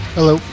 Hello